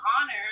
honor